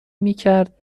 میکرد